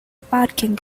parking